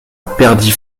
perdit